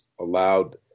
allowed